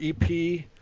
EP